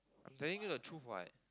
I'm telling you the truth what